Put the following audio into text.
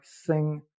sing